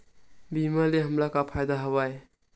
बीमा ले हमला का फ़ायदा हवय?